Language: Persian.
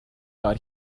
کار